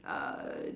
uh